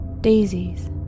Daisies